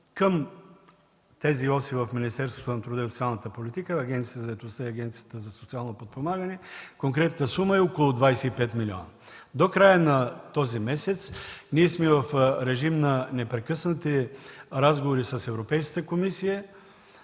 към тези оси в Министерството на труда и социалната политика – Агенцията за заетостта и Агенцията за социално подпомагане, е около 25 млн. лв. До края на този месец ние сме в режим на непрекъснати разговори с Европейската комисия.